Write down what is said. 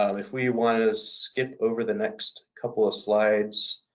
um if we want to skip over the next couple of slides.